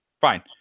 fine